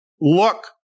look